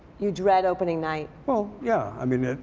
you dread opening night? well. yeah. i mean,